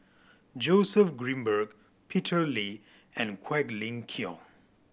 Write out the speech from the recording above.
Joseph Grimberg Peter Lee and Quek Ling Kiong